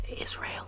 Israel